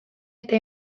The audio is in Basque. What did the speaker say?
eta